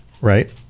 right